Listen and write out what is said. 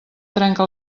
trenca